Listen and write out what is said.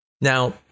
Now